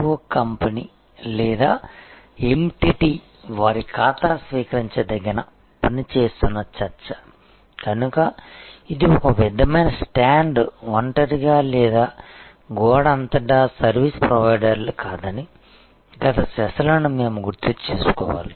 BPO company లేదా entity వారి ఖాతా స్వీకరించదగిన పనిని చేస్తున్నది కనుక ఇది ఒక విధమైన స్టాండ్ అలోన్ లేదా గోడ అంతటా సర్వీస్ ప్రొవైడర్ కాదని గత సెషన్లను మేము గుర్తుచేసుకోవాలి